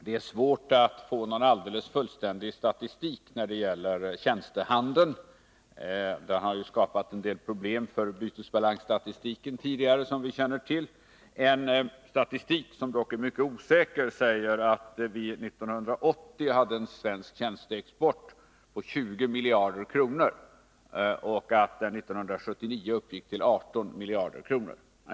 Det är svårt att få någon fullständig statistik när det gäller tjänstehandeln. Den har skapat ett problem för bytesbalansstatistiken tidigare, vilket vi känner till. En statistik, som dock är mycket osäker, säger att vi 1980 hade en svensk tjänsteexport på 20 miljarder kronor och att den 1979 uppgick till 18 miljarder kronor.